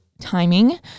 timing